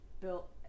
built